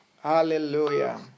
Hallelujah